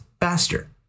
faster